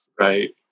Right